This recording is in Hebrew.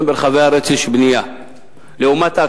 ברוך השם, ברחבי הארץ יש בנייה.